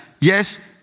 Yes